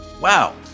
Wow